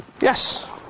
Yes